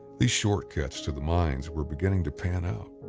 these shortcuts to the mines were beginning to pan out.